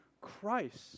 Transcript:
Christ